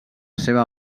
seva